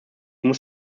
muss